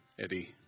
Eddie